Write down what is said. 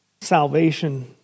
salvation